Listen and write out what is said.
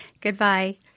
Goodbye